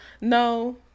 No